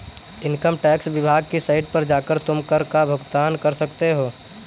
income tax विभाग की site पर जाकर तुम कर का भुगतान कर सकते हो